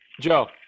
Joe